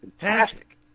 fantastic